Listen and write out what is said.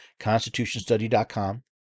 constitutionstudy.com